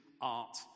art